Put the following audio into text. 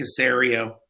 Casario